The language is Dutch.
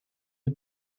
het